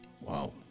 Wow